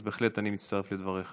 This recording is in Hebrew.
אז בהחלט אני מצטרף לדבריך.